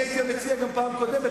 אני הייתי המציע גם בפעם הקודמת,